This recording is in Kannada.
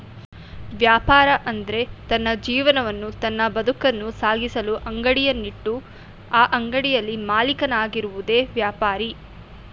ವ್ಯಾಪಾರ ಎಂದ್ರೆ ತನ್ನ ಜೀವನವನ್ನು ತನ್ನ ಬದುಕನ್ನು ಸಾಗಿಸಲು ಅಂಗಡಿಯನ್ನು ಇಟ್ಟು ಆ ಅಂಗಡಿಯಲ್ಲಿ ಮಾಲೀಕನಾಗಿರುವುದೆ ವ್ಯಾಪಾರಿ